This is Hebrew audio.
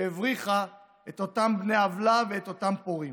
שהבריחה את אותם בני עוולה ואת אותם פורעים.